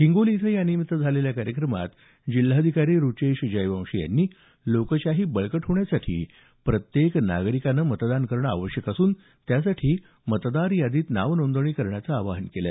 हिंगोली इथं यानिमित्त झालेल्या कार्यक्रमात जिल्हाधिकारी रुचेश जयवंशी यांनी लोकशाही बळकट होण्यासाठी प्रत्येक नागरिकानं मतदान करणं आवश्यक असून त्यासाठी मतदार यादीत नावनोंदणी करण्याचं आवाहन केलं